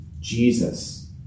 Jesus